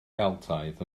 geltaidd